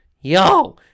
yo